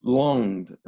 longed